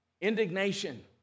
indignation